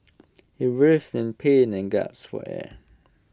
he writhed in pain and gasped for air